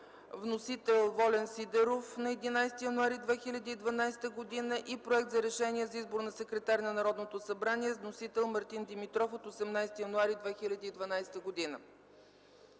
(Вносител: Волен Сидеров на 11 януари 2012 г.) и Проект за решение за избор на секретар на Народното събрание. (Вносител: Мартин Димитров на 18 януари 2012 г.) 5.